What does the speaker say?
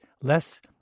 less